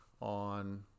on